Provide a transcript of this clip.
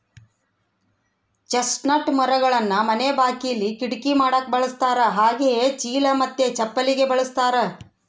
chestnut ಮರಗಳನ್ನ ಮನೆ ಬಾಕಿಲಿ, ಕಿಟಕಿ ಮಾಡಕ ಬಳಸ್ತಾರ ಹಾಗೆಯೇ ಚೀಲ ಮತ್ತೆ ಚಪ್ಪಲಿಗೆ ಬಳಸ್ತಾರ